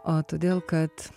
o todėl kad